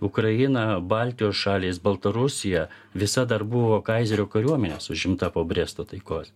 ukraina baltijos šalys baltarusija visa dar buvo kaizerio kariuomenės užimta po bresto taikos